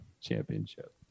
championship